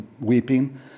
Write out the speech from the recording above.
weeping